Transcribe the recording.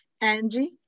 Angie